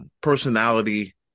personality